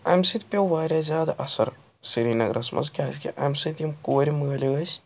اَمہِ سۭتۍ پٮ۪و واریاہ زیادٕ اَثَر سریٖنَگرَس مَنٛز کیٛازکہِ اَمہِ سۭتۍ یِم کورِ مٲلۍ ٲسۍ